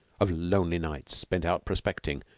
of lonely nights spent out prospecting,